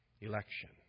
election